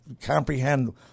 comprehend